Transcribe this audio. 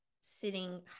sitting